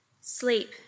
sleep